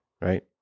right